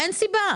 אין סיבה.